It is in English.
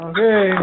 Okay